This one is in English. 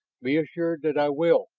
be assured that i will!